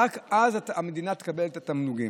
רק אז המדינה תקבל את התמלוגים.